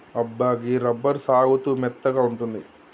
అబ్బా గీ రబ్బరు సాగుతూ మెత్తగా ఉంటుంది